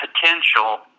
potential